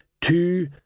two